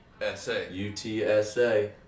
UTSA